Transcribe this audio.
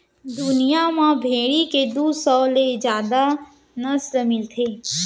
दुनिया म भेड़ी के दू सौ ले जादा नसल मिलथे